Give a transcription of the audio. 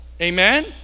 amen